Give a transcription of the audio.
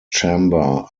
chamber